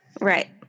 right